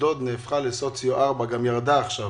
אשדוד נהפכה לאשכול סוציואקונומי 4 אז גם ירדה עכשיו.